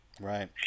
Right